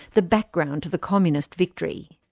the background to the communist victory.